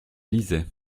lisaient